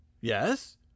Yes